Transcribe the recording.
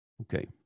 Okay